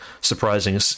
surprising